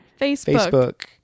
facebook